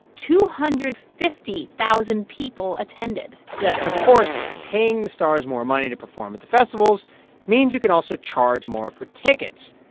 two hundred and fifty thousand people attended yeah. and of course, paying the stars more money to perform at the festivals means you can also charge more for tickets,